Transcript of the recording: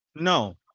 No